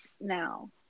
now